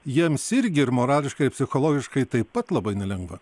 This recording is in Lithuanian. jiems irgi ir morališkai ir psichologiškai taip pat labai nelengva